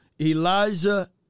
Elijah